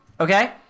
Okay